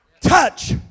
Touch